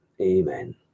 Amen